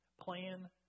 Plan